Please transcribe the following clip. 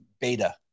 beta